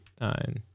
nine